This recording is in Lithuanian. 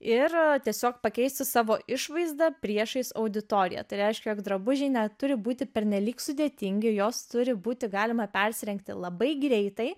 ir tiesiog pakeisti savo išvaizdą priešais auditoriją tai reiškia jog drabužiai neturi būti pernelyg sudėtingi jos turi būti galima persirengti labai greitai